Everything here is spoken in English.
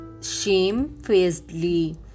shamefacedly